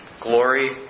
Glory